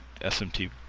SMT